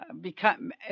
become